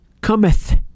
cometh